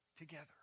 together